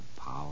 power